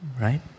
right